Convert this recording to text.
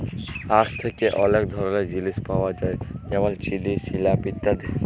আখ থ্যাকে অলেক ধরলের জিলিস পাওয়া যায় যেমল চিলি, সিরাপ ইত্যাদি